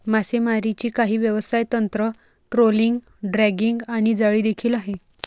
मासेमारीची काही व्यवसाय तंत्र, ट्रोलिंग, ड्रॅगिंग आणि जाळी देखील आहे